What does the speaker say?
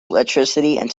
electricity